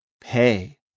pay